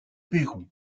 pérou